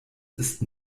ist